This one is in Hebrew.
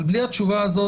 אבל בלי התשובה הזאת